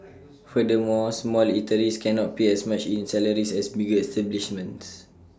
furthermore small eateries cannot pay as much in salaries as bigger establishments